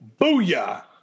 booyah